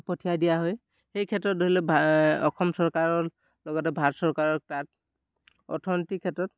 পঠিয়াই দিয়া হয় সেই ক্ষেত্ৰত ধৰি লওক ভা অসম চৰকাৰৰ লগতে ভাৰত চৰকাৰক তাত অৰ্থনীতিৰ ক্ষেত্ৰত